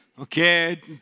Okay